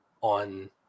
on